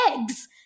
eggs